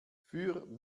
für